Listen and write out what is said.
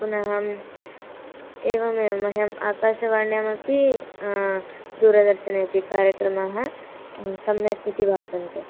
पुनः अहं एवमेव मह्यम् आकाशवाण्यामपि दूरदर्शनेपि कार्यक्रमाः सम्यक् इति भासन्ते